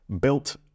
built